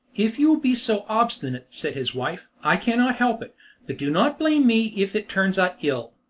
if you will be so obstinate, said his wife, i cannot help it but do not blame me if it turns out ill.